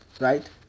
Right